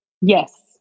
Yes